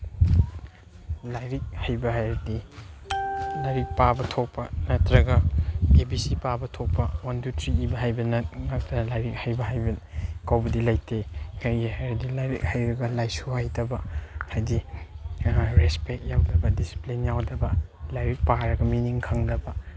ꯂꯥꯏꯔꯤꯛ ꯍꯩꯕ ꯍꯥꯏꯔꯗꯤ ꯂꯥꯏꯔꯤꯛ ꯄꯥꯕ ꯊꯣꯛꯄ ꯅꯠꯇ꯭ꯔꯒ ꯑꯦ ꯕꯤ ꯁꯤ ꯄꯥꯕ ꯊꯣꯛꯄ ꯋꯥꯟ ꯇꯨ ꯊ꯭ꯔꯤ ꯏꯕ ꯍꯩꯕꯅ ꯅꯠꯇ꯭ꯔ ꯂꯥꯏꯔꯤꯛ ꯍꯩꯕ ꯍꯥꯏꯕ ꯀꯧꯕꯗꯤ ꯂꯩꯇꯦ ꯍꯩꯒꯦ ꯍꯥꯏꯔꯗꯤ ꯂꯥꯏꯔꯤꯛ ꯍꯩꯔꯒ ꯂꯥꯏꯁꯨ ꯍꯩꯇꯕ ꯍꯥꯏꯗꯤ ꯔꯦꯁꯄꯦꯛ ꯇꯧꯗꯕ ꯗꯤꯁꯤꯄ꯭ꯂꯤꯟ ꯌꯥꯎꯗꯕ ꯂꯥꯏꯔꯤꯛ ꯄꯥꯔꯒ ꯃꯤꯅꯤꯡ ꯈꯪꯗꯕ